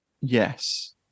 Yes